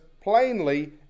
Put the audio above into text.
plainly